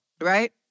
right